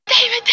David